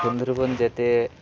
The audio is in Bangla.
সুন্দরবন যেতে